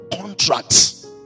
contracts